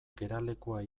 geralekua